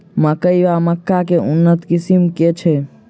मकई वा मक्का केँ उन्नत किसिम केँ छैय?